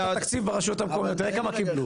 תפתח את התקציב ברשויות המקומיות ותראה כמה קיבלו.